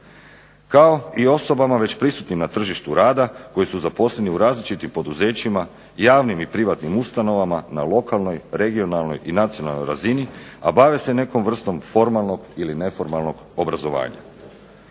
kao i osobama već prisutnim na tržištu rada koji su zaposleni u različitim poduzećima, javnim i privatnim ustanovama na lokalnoj, regionalnoj i nacionalnoj razini, a bave se nekom vrstom formalnog ili neformalnog obrazovanja.